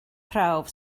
prawf